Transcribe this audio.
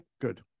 good